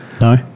No